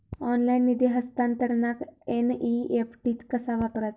Online निधी हस्तांतरणाक NEFT कसा वापरायचा?